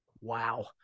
Wow